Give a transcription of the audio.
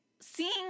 seeing